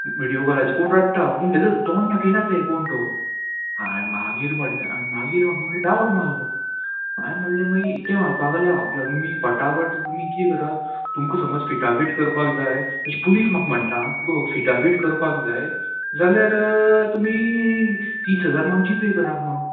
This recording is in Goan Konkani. विडियो कॉलाचे कोण रडटा पूण तेजो तोंड दाखयना ते कोण तो हांवें मागीर म्हणलें मागीर म्हाका म्हणजे डावट मारलो हांवें म्हणलें मागीर तें म्हणपाक लागलें हांव आपल्याक फटाफट तुमी कितें करा तुमकां समज फिटाफीट करपाक जाय अशें पुलीस म्हाका म्हणटा आं तुमकां फिटाफीट करपाक जाय जाल्यार तुमी तीस हजार म्हाका जी पे करा म्हणोन